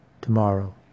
tomorrow